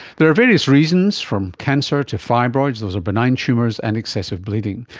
there are various reasons, from cancer to fibroids, those are benign tumours, and excessive bleeding.